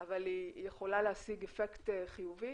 אבל היא יכולה להשיג אפקט חיובי.